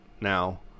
now